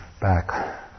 back